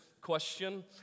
question